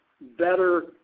better